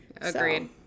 Agreed